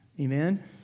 Amen